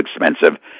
expensive